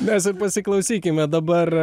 mes ir pasiklausykime dabar